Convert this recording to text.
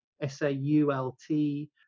S-A-U-L-T